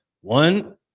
one